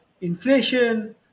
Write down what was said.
inflation